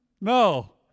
no